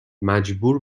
مجبور